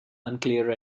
unclear